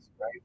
right